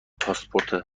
پاسپورت